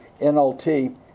NLT